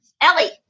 Ellie